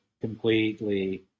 completely